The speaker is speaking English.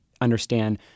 understand